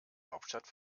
hauptstadt